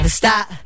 stop